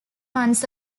months